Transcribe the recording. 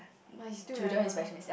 !wah! you still remember